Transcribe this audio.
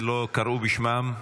ולא קראו בשמם?